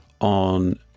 on